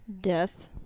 Death